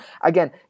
again